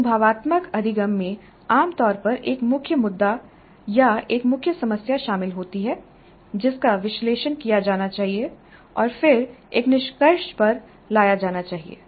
अनुभवात्मक अधिगम में आम तौर पर एक मुख्य मुद्दा या एक मुख्य समस्या शामिल होती है जिसका विश्लेषण किया जाना चाहिए और फिर एक निष्कर्ष पर लाया जाना चाहिए